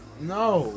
No